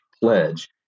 pledge